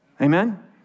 Amen